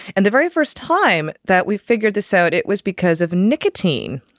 and the very first time that we figured this out it was because of nicotine.